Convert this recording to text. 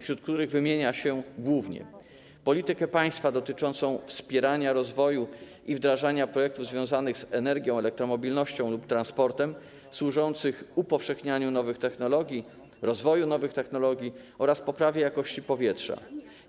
Wśród nich wymienia się głównie politykę państwa dotyczącą wspierania, rozwoju i wdrażania projektów związanych z energią, elektromobilnością lub transportem, służących upowszechnianiu nowych technologii i ich rozwojowi oraz poprawie jakości powietrza,